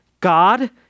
God